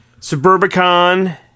Suburbicon